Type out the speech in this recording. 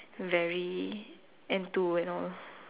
very enthuse and all